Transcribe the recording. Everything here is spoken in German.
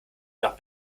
nach